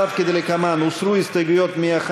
משרד החוץ, לשנת הכספים 2017,